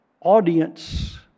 Audience